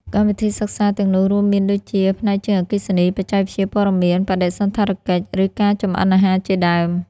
កម្មវិធីសិក្សាទាំងនោះរួមមានដូចជា ផ្នែកជាងអគ្គិសនី បច្ចេកវិទ្យាព័ត៌មាន បដិសណ្ឋារកិច្ច ឬការចម្អិនអាហារជាដើម។